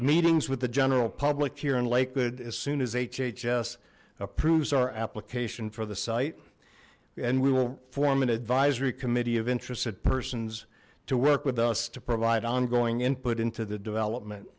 meetings with the general public here in lakewood as soon as hhs approves our application for the site and we will form an advisory committee of interested persons to work with us to provide ongoing input into the development